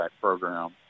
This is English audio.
program